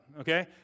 okay